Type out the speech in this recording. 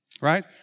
right